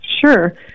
Sure